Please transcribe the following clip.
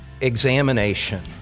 examination